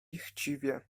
chciwie